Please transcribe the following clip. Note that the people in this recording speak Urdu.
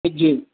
جی